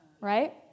Right